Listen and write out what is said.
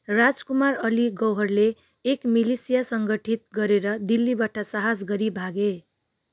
राजकुमार अली गौहरले एक मिलिसिया सङ्गठित गरेर दिल्लीबाट साहस गरी भागे